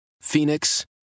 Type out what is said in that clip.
Phoenix